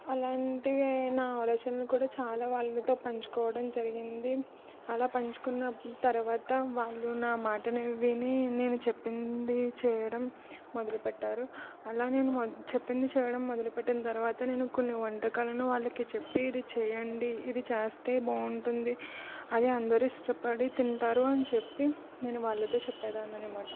అలాంటివి నా ఆలోచనలు కూడా చాలా వాళ్ళతో పంచుకోవడం జరిగింది అలా పంచుకున్న తర్వాత వాళ్ళు నా మాటను విని నేను చెప్పింది చేయడం మొదలు పెట్టారు అలా నేను చెప్పింది చేయడం మొదలు పెట్టిన తర్వాత నేను కొన్ని వంటకాలను వాళ్ళకి చెప్పి ఇది చేయండి ఇది చేస్తే బాగుంటుంది అది అందరూ ఇష్టపడి తింటారు అని చెప్పి నేను వాళ్ళతో చెప్పేదాన్ని అనమాట